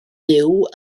byw